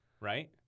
right